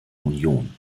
union